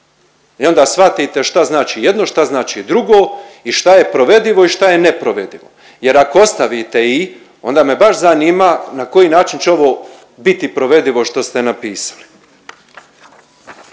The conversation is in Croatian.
i onda shvatite šta znači jedno, šta znači drugo i šta je provedivo i šta je neprovedivo jer ako ostavite i onda me baš zanima na koji način će ovo biti provedivo što ste napisali.